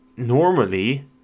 normally